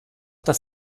das